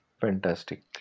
fantastic